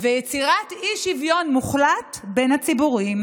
ויצירת אי-שוויון מוחלט בין הציבורים.